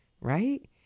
Right